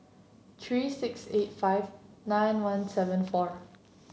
three six eight five nine one seven four